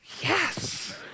yes